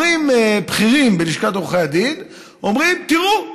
אומרי בכירים בלשכת עורכי דין: תראו,